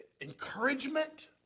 encouragement